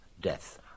death